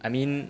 I mean